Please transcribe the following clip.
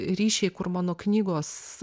ryšiai kur mano knygos